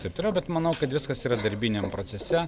taip toliau bet manau kad viskas yra darbiniam procese